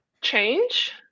change